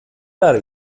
are